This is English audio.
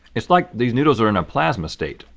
it's like these noodles are in a plasma state.